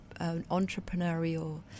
entrepreneurial